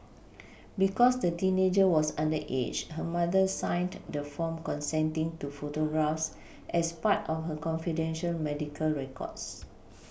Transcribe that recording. because the teenager was underage her mother signed the form consenting to photographs as part of her confidential medical records